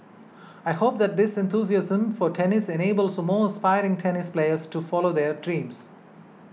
I hope that this enthusiasm for tennis enables more aspiring tennis players to follow their dreams